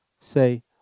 say